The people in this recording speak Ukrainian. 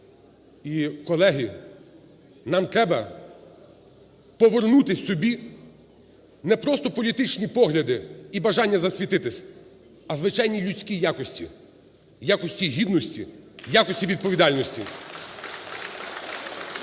І, колеги, нам треба повернути собі не просто політичні погляди і бажання засвітитися, а звичайні людські якості: якості гідності, якості відповідальності.